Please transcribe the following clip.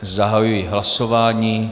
Zahajuji hlasování.